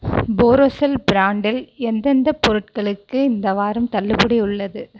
போரோஸில் பிரான்டில் எந்தெந்தப் பொருட்களுக்கு இந்த வாரம் தள்ளுபடி உள்ளது